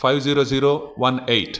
five zero zero one eight